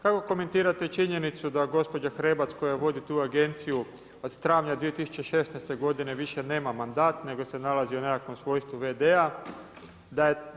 Kako komentirate činjenicu da gospođa Hrebac koja vodi tu agenciju od travnja 2016. godine više nema mandat nego se nalazi u nekakvom svojstvu v.d.-a?